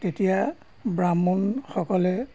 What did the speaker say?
তেতিয়া ব্ৰাহ্মণসকলে